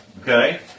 Okay